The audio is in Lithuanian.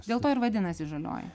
dėl to ir vadinasi žalioji